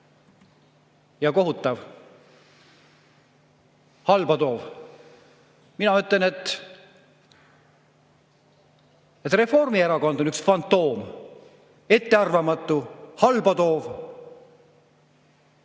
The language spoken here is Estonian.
kohutav ja halba toov. Mina ütlen, et Reformierakond on üks fantoom: ettearvamatu, halba toov